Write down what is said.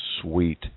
sweet